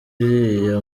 iriya